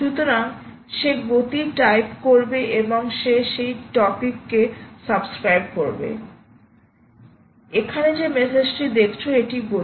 সুতরাং সে গতি টাইপ করবে এবং সে সেই টপিকে সাবস্ক্রাইব করবে এখানে যে মেসেজটি দেখছো এটি গতি